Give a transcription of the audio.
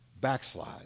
backslide